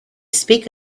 speak